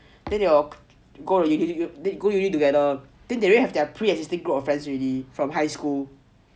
then you go uni together then they already have their pre existing group of friends already from high school